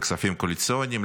לכספים קואליציוניים,